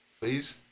please